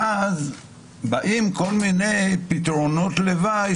באים כל מיני פתרונות לוואי,